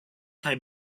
kaj